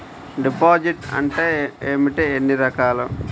Deposit అంటే ఏమిటీ ఎన్ని రకాలు?